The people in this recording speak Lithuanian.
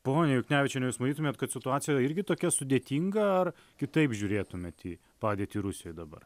ponia juknevičiene jūs manytumėt kad situacija irgi tokia sudėtinga ar kitaip žiūrėtumėt į padėtį rusijoj dabar